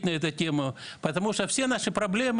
כפי שכבר הוזכר קודם,